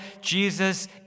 Jesus